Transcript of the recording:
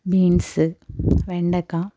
beans വെണ്ടക്ക